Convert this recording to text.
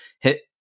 Hit